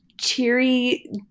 cheery